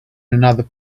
another